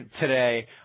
today